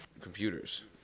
computers